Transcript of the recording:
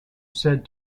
said